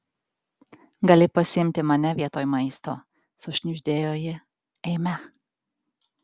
gali pasiimti mane vietoj maisto sušnibždėjo ji eime